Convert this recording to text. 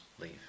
leave